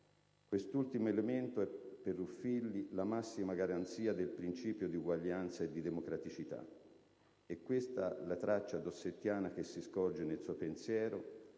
Quest'ultimo elemento è per Ruffilli la massima garanzia del principio di uguaglianza e di democraticità. È questa la traccia dossettiana che si scorge nel suo pensiero